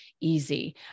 easy